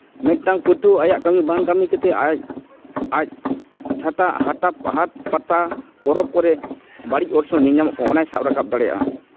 ᱢᱤᱫᱴᱟᱱ ᱯᱟᱹᱴᱷᱩᱣᱟᱹ ᱟᱭᱟᱜ ᱠᱟᱹᱢᱤ ᱵᱟᱝ ᱠᱟᱹᱢᱤ ᱠᱟᱛᱮᱫ ᱟᱡ ᱟᱡ ᱪᱷᱟᱛᱟ ᱦᱟᱴ ᱯᱟᱛᱟ ᱯᱚᱨᱚᱵᱽ ᱠᱚᱨᱮ ᱵᱟᱹᱲᱤᱡ ᱚᱨᱥᱚᱝ ᱧᱮᱧᱟᱢᱚᱜ ᱠᱟᱱ ᱚᱱᱟᱭ ᱥᱟᱵ ᱨᱟᱠᱟᱵ ᱫᱟᱲᱮᱭᱟᱜᱼᱟ